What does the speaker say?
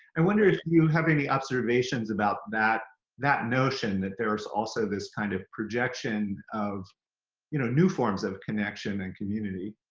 i wonder if you have any observations about that that notion that there is also this kind of projection of you know new forms of connection and community